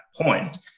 point